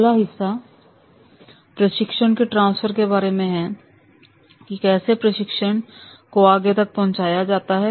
अगला हिस्सा प्रशिक्षण के ट्रांसफर के बारे में है कि कैसे प्रशिक्षण को आगे तक पहुंचाया जाता है